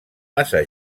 massa